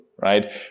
right